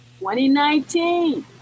2019